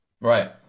Right